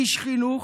איש חינוך.